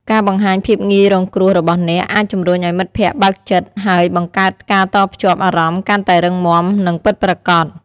ការបង្ហាញភាពងាយរងគ្រោះរបស់អ្នក អាចជំរុញឱ្យមិត្តភក្តិបើកចិត្ត ហើយបង្កើតការតភ្ជាប់អារម្មណ៍កាន់តែរឹងមាំ និងពិតប្រាកដ។